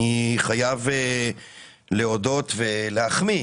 אני חייב להודות ולהחמיא,